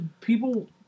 People